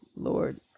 lord